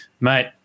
Mate